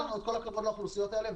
יש לנו את כל הכבוד לאוכלוסיות האלה,